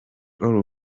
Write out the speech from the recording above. all